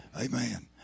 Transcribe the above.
Amen